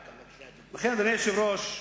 לכן, אדוני היושב-ראש,